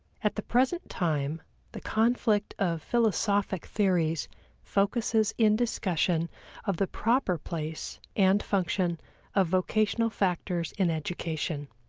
at the present time the conflict of philosophic theories focuses in discussion of the proper place and function of vocational factors in education.